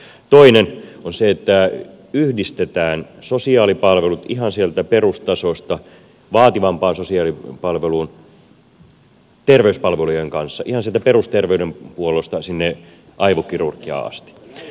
toinen on se että yhdistetään sosiaalipalvelut ihan sieltä perustasosta vaativampaan sosiaalipalveluun terveyspalvelujen kanssa ihan sieltä perusterveydenhuollosta sinne aivokirurgia asteelle